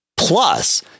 Plus